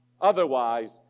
Otherwise